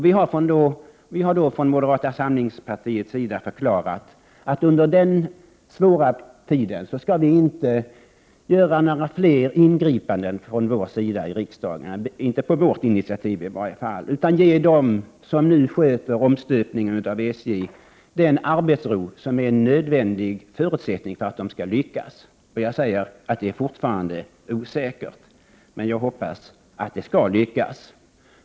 Vi har från moderat sida förklarat att riksdagen under denna svåra tid inte skall göra några fler ingripanden, i varje fall inte på vårt initiativ. Vi måste ge dem som nu sköter omstöpningen av SJ den arbetsro som är en nödvändig förutsättning för att de skall lyckas. Det är fortfarande osäkert, men jag hoppas att de skall lyckas.